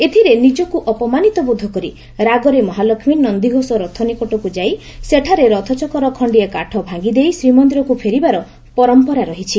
ଏଥିରେ ନିଜକୁ ଅପମାନିତ ବୋଧ କରି ରାଗରେ ମହାଲକ୍ଷ୍ମୀ ନନ୍ଦୀଘୋଷ ରଥ ନିକଟକୁ ଯାଇ ସେଠାରେ ରଥଚକର ଖଖିଏ କାଠ ଭାଗିଦେଇ ଶ୍ରୀମନ୍ଦିରକୁ ଫେରିବାର ପରମ୍ପରା ରହିଛି